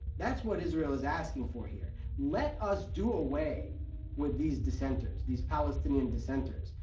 that's what israel is asking for here let us do away with these dissenters, these palestinian dissenters,